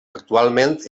actualment